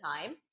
time